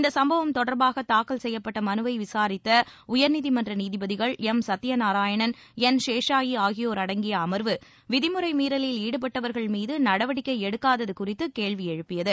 இந்த சம்பவம் தொடர்பாக தாக்கல் செய்யப்பட்ட மனுவை விசாரித்த உயர்நீதிமன்ற நீதிபதிகள் எம் சத்யநாராயணன் என் சேஷாயி ஆகியோர் அடங்கிய அம்வு விதிமுறை மீறிலில் ஈடுபட்டவா்கள் மீது நடவடிக்கை எடுக்காதது குறித்து கேள்வி எழுப்பியது